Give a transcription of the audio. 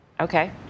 okay